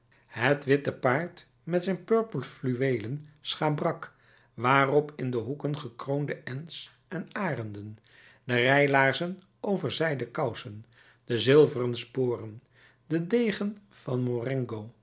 het witte paard met zijn purperfluweelen schabrak waarop in de hoeken gekroonde n's en arenden de rijlaarzen over zijden kousen de zilveren sporen de degen van marengo